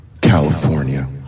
California